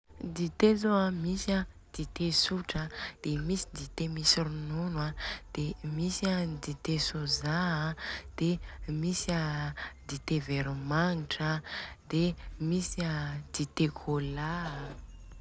Dite zô an, de misy dite tsotra an de misy dite misy ronono an de misy an dite sôza an, de misy a dite veromagnitra an, de misy a dite côla a.